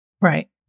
Right